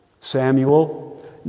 Samuel